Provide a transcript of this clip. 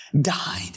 died